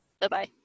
Bye-bye